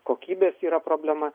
kokybės yra problema